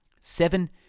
Seven